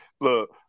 look